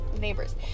neighbors